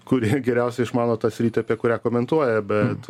kurie geriausia išmano tą sritį apie kurią komentuoja bet